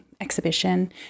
exhibition